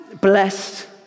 blessed